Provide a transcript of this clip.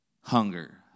hunger